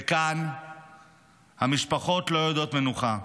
וכאן המשפחות לא יודעות מנוחה,